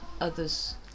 others